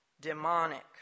demonic